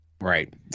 Right